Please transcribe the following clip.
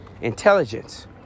intelligence